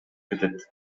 кетет